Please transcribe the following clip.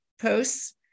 posts